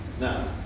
Now